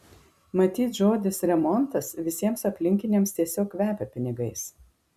matyt žodis remontas visiems aplinkiniams tiesiog kvepia pinigais